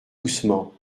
doucement